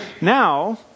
now